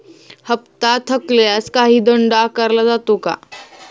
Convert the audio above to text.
हप्ता थकल्यास काही दंड आकारला जातो का?